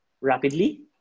rapidly